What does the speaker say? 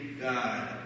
God